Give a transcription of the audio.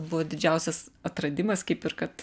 buvo didžiausias atradimas kaip ir kad